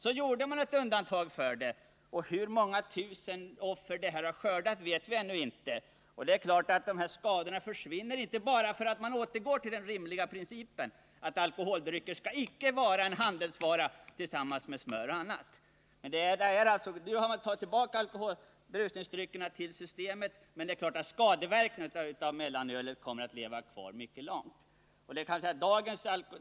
Man gjorde ett undantag från den här principen, och hur många tusen offer detta har skördat vet vi ännu inte. Naturligtvis försvinner inte de skador som uppstått bara för att man återgår till den rimliga principen, dvs. att alkoholdrycker icke skall vara en handelsvara på samma sätt som smör och annat. Nu har man fört tillbaka Nr 54 försäljningen av berusningsdrycker till Systembolaget, men givetvis kommer skadeverkningarna av att mellanölet fick försäljas fritt att finnas kvar mycket 17 december 1979 länge.